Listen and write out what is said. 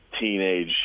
teenage